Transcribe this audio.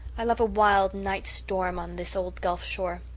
i love a wild night storm on this old gulf shore.